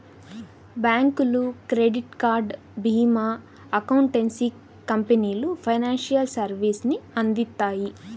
బ్యాంకులు, credit card, భీమా, accountancy కంపెనీలు ఫైనాన్షియల్ సర్వీసెస్ ని అందిత్తాయి